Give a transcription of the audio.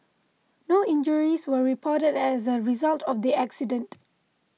no injuries were reported as a result of the accident